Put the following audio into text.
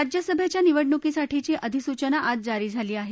राज्यसभेच्या निवडणुकीसाठीची अधिसूचना आज जारी झाली आहे